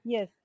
Yes